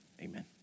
amen